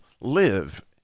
live